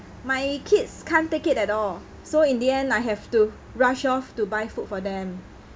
my kids can't take it at all so in the end I have to rush off to buy food for them